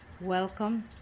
Welcome